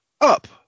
up